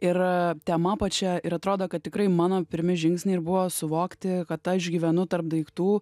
ir tema pačia ir atrodo kad tikrai mano pirmi žingsniai ir buvo suvokti kad aš gyvenu tarp daiktų